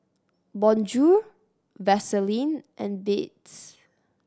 Bonjour Vaseline and Beats